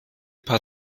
paar